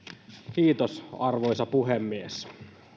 kiitos arvoisa puhemies